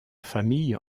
famille